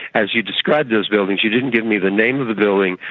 as you described those buildings you didn't give me the name of the building,